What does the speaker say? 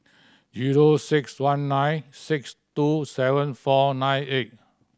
zero six one nine six two seven four nine eight